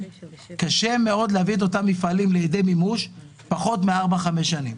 קשה מאוד להביא את אותם מפעלים לידי מימוש בפחות מארבע חמש שנים.